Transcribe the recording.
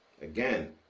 again